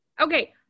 Okay